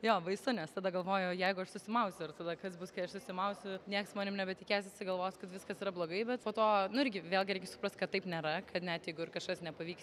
jo baisu nes tada galvoji o jeigu aš susimausiu ir tada kas bus kai aš susimausiu nieks manim nebetikės visi galvos kad viskas yra blogai bet po to nu irgi vėlgi reikia suprast kad taip nėra kad net jeigu ir kažkas nepavyks